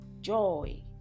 joy